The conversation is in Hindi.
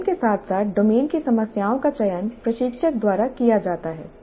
डोमेन के साथ साथ डोमेन की समस्याओं का चयन प्रशिक्षक द्वारा किया जाता है